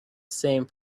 same